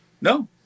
No